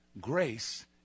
Grace